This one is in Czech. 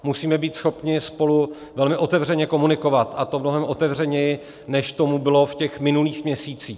Musíme být schopni spolu velmi otevřeně komunikovat, a to mnohem otevřeněji, než tomu bylo v těch minulých měsících.